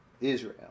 Israel